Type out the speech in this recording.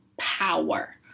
power